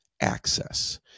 access